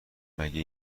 مگه